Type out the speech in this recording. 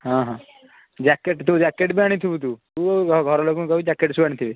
ହଁ ହଁ ଜ୍ୟାକେଟ୍ ତୁ ଜ୍ୟାକେଟ୍ ବି ଆଣିଥିବୁ ତୁ ତୁ ଘର ଲୋକଙ୍କୁ କହିବୁ ଜ୍ୟାକେଟ୍ ସବୁ ଆଣିଥିବେ